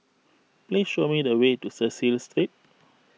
please show me the way to Cecil Street